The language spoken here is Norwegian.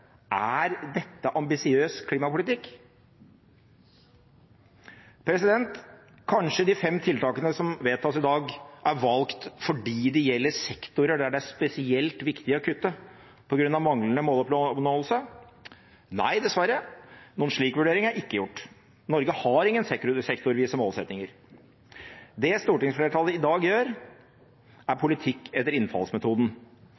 Er dette ambisiøs klimapolitikk? Kanskje de fem tiltakene som vedtas i dag, er valgt fordi de gjelder sektorer der det er spesielt viktig å kutte på grunn av manglende måloppnåelse? Nei, dessverre. Noen slik vurdering er ikke gjort. Norge har ingen sektorvise målsettinger. Det stortingsflertallet i dag gjør, er politikk etter innfallsmetoden.